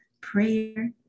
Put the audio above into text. prayer